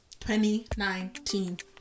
2019